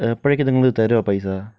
എപ്പോഴേക്കാ നിങ്ങളിത് തരിക പൈസ